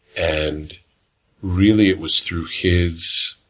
and really, it was through his